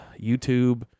youtube